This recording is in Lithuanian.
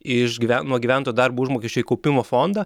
iš gyven nuo gyventojo darbo užmokesčio į kaupimo fondą